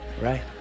right